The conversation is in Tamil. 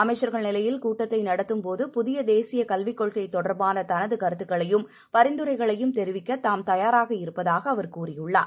அமைச்சர்கள் நிலையில் கூட்டத்தைநடத்தும் போது புதியதேசியக் கல்விக் கொள்கைதொடர்பானதனதுகருத்துகளையும் பரிந்துரைகளையும் தெரிவிக்கதாம் தயாராக இருப்பதாகஅவர் கூறியுள்ளார்